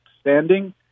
standing